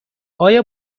آیا